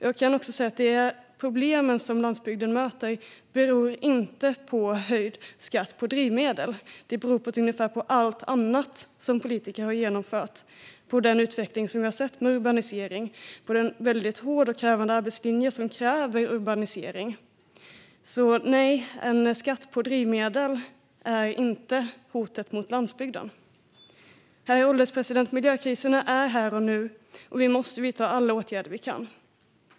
Jag kan säga att de problem som landsbygden möter inte beror på höjd skatt på drivmedel. Det beror på ungefär allt annat som politiker har genomfört och den utveckling som vi har sett med urbanisering och den väldigt hårda och krävande arbetslinjen som kräver urbanisering. Så, nej, en skatt på drivmedel är inte hotet mot landsbygden. Herr ålderspresident! Miljökrisen är här och nu, och vi måste vidta alla åtgärder vi kan.